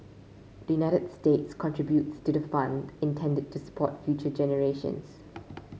the United States contributes to the fund intended to support future generations